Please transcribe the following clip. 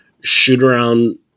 shoot-around